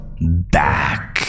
back